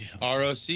ROC